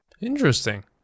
Interesting